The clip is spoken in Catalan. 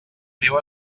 meu